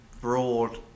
broad